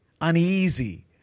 uneasy